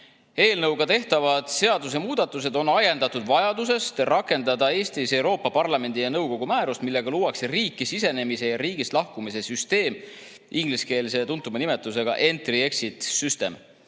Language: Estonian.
tehtavad seadusemuudatused on ajendatud vajadusest rakendada Eestis Euroopa Parlamendi ja nõukogu määrus, millega luuakse riiki sisenemise ja riigist lahkumise süsteem, ingliskeelse nimetusega Entry/Exit System.